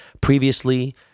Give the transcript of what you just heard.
Previously